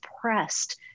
pressed